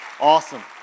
Awesome